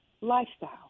lifestyle